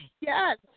Yes